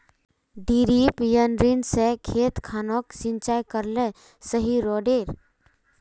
डिरिपयंऋ से खेत खानोक सिंचाई करले सही रोडेर?